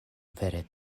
vere